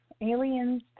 aliens